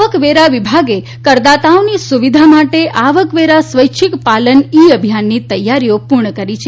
આવકવેરા વિભાગે કરદાતાઓની સુવિધા માટે આવકવેરા સ્વૈચ્છિક પાલન ઇ અભિયાનની તૈયારી પૂર્ણ કરી છે